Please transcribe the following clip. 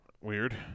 Weird